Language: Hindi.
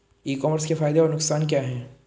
ई कॉमर्स के फायदे और नुकसान क्या हैं?